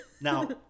Now